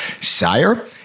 Sire